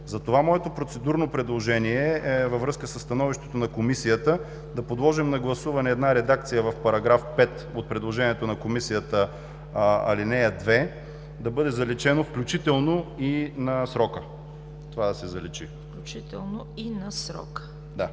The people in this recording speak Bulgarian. Затова моето процедурно предложение е във връзка със становището на Комисията да подложим на гласуване една редакция в § 5 от предложението на Комисията, ал. 2 – да бъде заличено „включително и на срока“. Това да се заличи. ПРЕДСЕДАТЕЛ ЦВЕТА